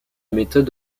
méthode